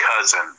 cousin